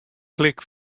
klik